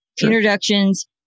introductions